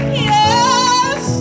Yes